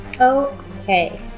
Okay